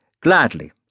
Gladly